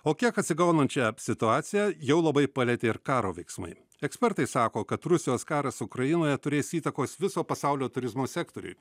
o kiek atsigaunančią situaciją jau labai palietė ir karo veiksmai ekspertai sako kad rusijos karas ukrainoje turės įtakos viso pasaulio turizmo sektoriui